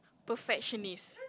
perfectionist